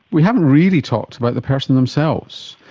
we haven't really talked about the persons themselves.